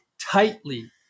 tightly